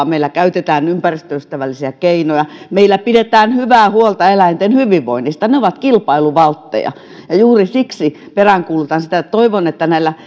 meillä käytetään ympäristöystävällisiä keinoja meillä pidetään hyvää huolta eläinten hyvinvoinnista ne ovat kilpailuvaltteja ja juuri siksi peräänkuulutan sitä että toivon että näillä